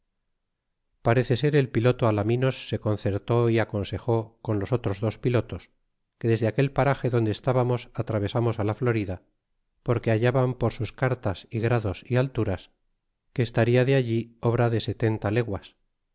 parece ser el piloto alaminos se concertó y aconsejó con los otros dos pilotos que desde aquel parage donde estabamos atravesamos la florida porque hallaban por sus cartas y grados y alturas que estaria de allí obra de setenta leguas